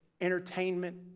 entertainment